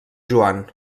joan